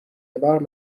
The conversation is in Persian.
یکبار